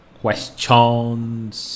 questions